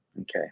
Okay